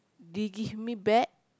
they give me back